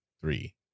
three